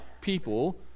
people